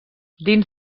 dins